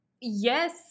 Yes